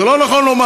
זה לא נכון לומר.